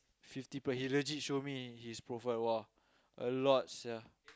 fifty per hit he legit show me his profile !wah! a lot sia